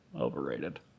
Overrated